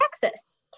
Texas